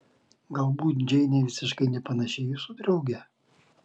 galbūt džeinė visiškai nepanaši į jūsų draugę